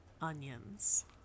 onions